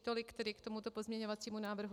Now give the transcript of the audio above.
Tolik tedy k tomuto pozměňovacímu návrhu.